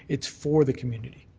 it's for the community.